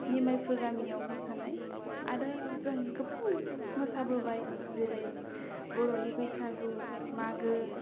निमायफुर गामियाव मोसानाय आरो जों गोबां मोसाबोबाय जेरै बर'नि बैसागु मागो